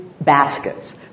baskets